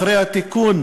אחרי התיקון